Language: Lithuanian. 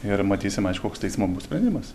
ir matysim aišku koks teismo bus sprendimas